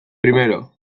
primero